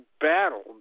battle